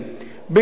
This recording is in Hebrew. "בהתייעצות",